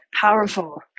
powerful